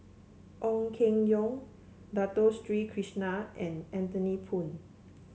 Ong Keng Yong Dato Street Krishna and Anthony Poon